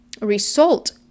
result